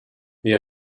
wir